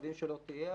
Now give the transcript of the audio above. מקווים שלא תהיה,